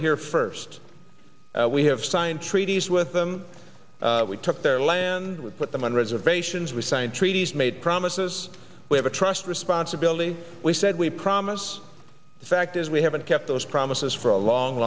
here first we have signed treaties with them we took their land we put them on reservations we signed treaties made promises we have a trust responsibility we said we promise the fact is we haven't kept those promises for a long